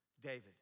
David